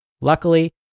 Luckily